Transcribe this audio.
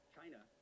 China